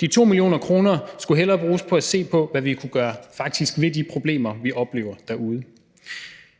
De 2 mio. kr. skulle hellere bruges på at se på, hvad vi faktisk kunne gøre ved de problemer, vi oplever derude.